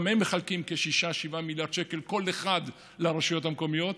גם הם מחלקים 6 7 מיליארד שקל כל אחד לרשויות המקומיות,